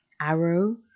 arrow